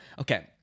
Okay